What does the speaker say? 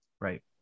right